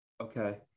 Okay